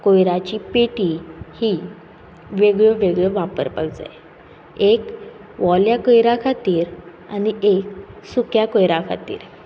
कोयराची पेटी ही वेगळ्योवेगळ्यो वापरपाक जाय एक ओल्या कोयरा खातीर आनी एक सुक्या कोयरा खातीर